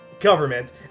government